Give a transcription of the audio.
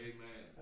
Amen